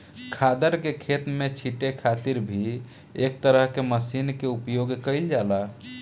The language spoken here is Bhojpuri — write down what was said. खादर के खेत में छींटे खातिर भी एक तरह के मशीन के उपयोग कईल जाला